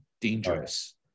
dangerous